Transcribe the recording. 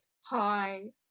hi